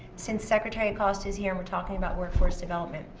since secretary acosta is here and we're talking about workforce development.